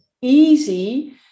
easy